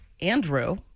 Andrew